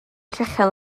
llechen